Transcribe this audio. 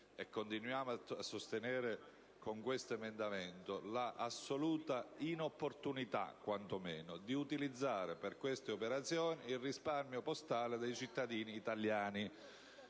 continuiamo a sostenere con questo emendamento, l'assoluta inopportunità, quanto meno, di utilizzare per queste operazioni il risparmio postale dei cittadini italiani.